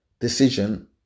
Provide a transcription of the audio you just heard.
decision